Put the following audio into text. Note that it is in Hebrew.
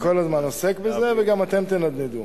אני כל הזמן עוסק בזה וגם אתם תנדנדו.